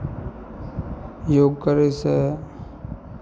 योग करयसँ